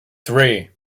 three